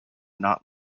not